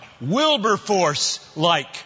Wilberforce-like